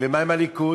ומה עם הליכוד?